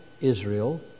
Israel